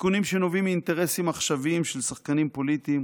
תיקונים שנובעים מאינטרסים עכשוויים של שחקנים פוליטיים,